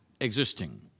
existing